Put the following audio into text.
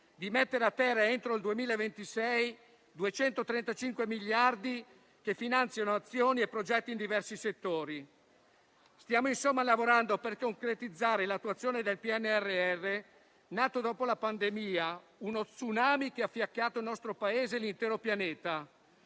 di mettere a terra, entro il 2026, 235 miliardi che finanziano azioni e progetti in diversi settori. Stiamo insomma lavorando per concretizzare l'attuazione del PNRR, nato dopo la pandemia, uno tsunami che ha fiaccato il nostro Paese e l'intero pianeta.